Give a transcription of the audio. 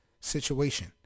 situation